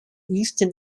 eastern